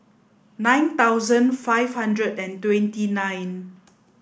nine thousand five hundred and twenty nine